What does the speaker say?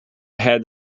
head